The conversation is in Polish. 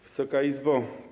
Wysoka Izbo!